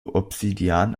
obsidian